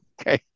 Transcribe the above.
Okay